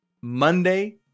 Monday